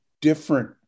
different